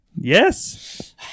Yes